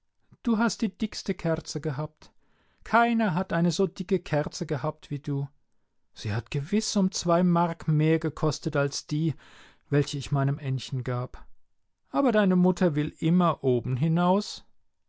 du hast die dickste kerze gehabt keiner hat eine so dicke kerze gehabt wie du sie hat gewiß um zwei mark mehr gekostet als die welche ich meinem ännchen gab aber deine mutter will immer oben hinaus